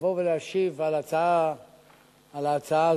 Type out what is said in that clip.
לבוא ולהשיב על ההצעה הזאת.